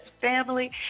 family